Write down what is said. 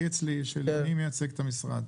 אני מייצג את המשרד.